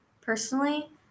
Personally